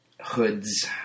hoods